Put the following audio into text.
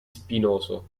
spinoso